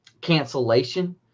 cancellation